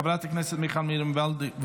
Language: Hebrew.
חברת הכנסת מיכל מרים וולדיגר,